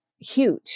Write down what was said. huge